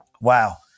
Wow